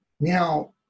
Now